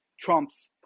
trumps